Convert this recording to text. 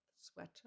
sweater